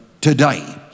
today